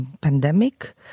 pandemic